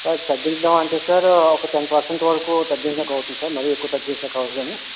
sir తగ్గించడమంటే sir ఒక ten percent వరకు తగ్గించదానికి అవుతుంది సార్ మరీ ఎక్కువ తగ్గించదానికి అవ్వదు కాని